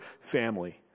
family